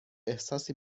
احساسی